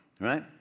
right